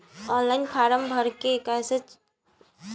Online form भर के कैसे कर्जा मिली?